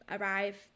arrive